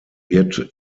wird